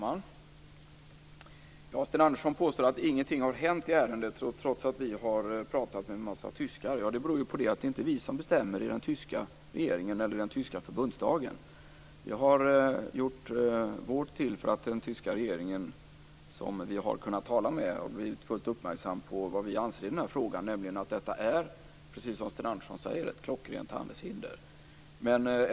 Fru talman! Sten Andersson påstår att ingenting har hänt i ärendet trots att vi har pratat med en massa tyskar. Det beror på att det inte är vi som bestämmer i den tyska regeringen eller i den tyska förbundsdagen. Jag har gjort mitt till för att uppmärksamma den tyska regeringen, som vi har kunnat tala med, på vad vi anser i den här frågan, nämligen att detta, precis som Sten Andersson säger, är ett klockrent handelshinder.